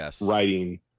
writing